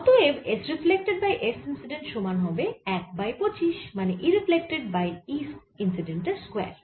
অতএব S reflected by S incident সমান হবে 1 বাই 25 মানে E reflected by E incident এর স্কয়ার